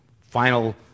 final